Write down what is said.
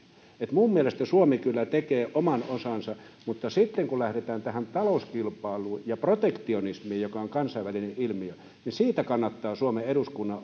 minun mielestäni suomi kyllä tekee oman osansa mutta sitten kun lähdetään tähän talouskilpailuun ja protektionismiin joka on kansainvälinen ilmiö niin siitä kannattaa suomen eduskunnan